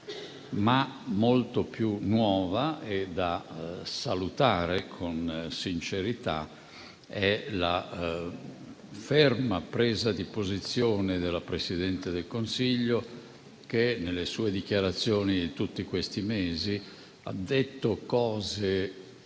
Ma molto più nuova e da salutare con sincerità è la ferma presa di posizione del Presidente del Consiglio che, nelle sue dichiarazioni in tutti questi mesi, ha detto cose